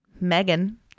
Megan